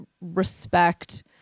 respect